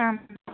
आम्